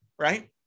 Right